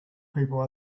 people